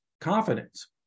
confidence